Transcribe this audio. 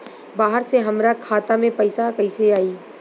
बाहर से हमरा खाता में पैसा कैसे आई?